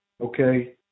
okay